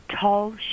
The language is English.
tall